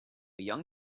young